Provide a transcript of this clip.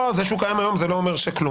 לא, זה שהוא קיים היום זה לא אומר כלום.